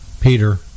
Peter